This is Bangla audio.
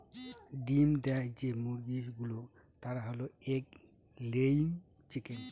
ডিম দেয় যে মুরগি গুলো তারা হল এগ লেয়িং চিকেন